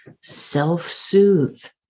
self-soothe